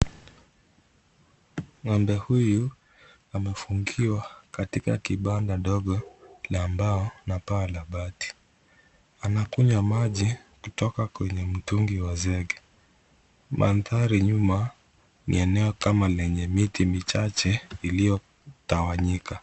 Ng'ombe huyu amefungiwa katika kipanda ndogo na mbao na paa la bati. Anakunywa maji kutoka kwenye mtungi wa nzege. Mandhari nyuma, ni eneo lenye kama miti michache iliyotawanyika.